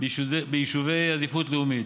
ביישובי עדיפות לאומית.